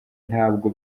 ntabwo